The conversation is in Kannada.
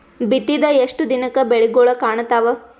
ಬಿತ್ತಿದ ಎಷ್ಟು ದಿನಕ ಬೆಳಿಗೋಳ ಕಾಣತಾವ?